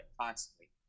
constantly